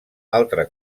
altre